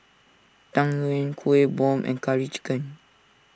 Tang Yuen Kueh Bom and Curry Chicken